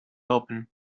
open